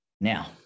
Now